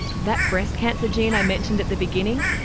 that breast cancer gene i mentioned at the beginning,